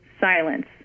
silence